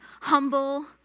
humble